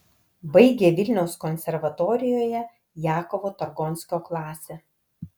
baigė vilniaus konservatorijoje jakovo targonskio klasę